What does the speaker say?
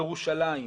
ירושלים,